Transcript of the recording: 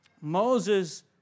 Moses